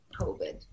COVID